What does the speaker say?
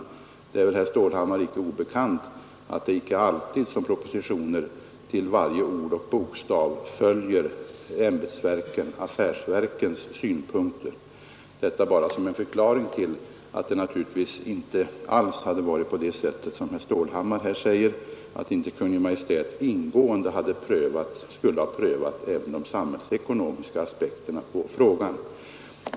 Det är väl inte herr Stålhammar obekant att propositioner inte alltid till varje ord och bokstav följer ämbetsverkens och affärsverkens synpunkter. Jag säger detta bara för att förklara att det naturligtvis inte alls är på det sättet, som herr Stålhammar påstår, att inte Kungl. Maj:t ingående skulle ha prövat även de sam hällsekonomiska aspekterna på ärendet.